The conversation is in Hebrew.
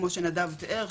כמו שנדב תיאר,